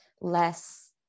less